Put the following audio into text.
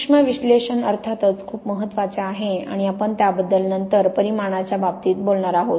सूक्ष्म विश्लेषण अर्थातच खूप महत्वाचे आहे आणि आपण त्याबद्दल नंतर परिमाणाच्या बाबतीत बोलणार आहोत